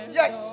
yes